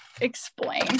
explain